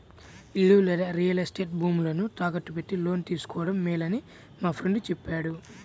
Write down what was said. ఇల్లు లేదా real estate భూములను తాకట్టు పెట్టి లోను తీసుకోడం మేలని మా ఫ్రెండు చెప్పాడు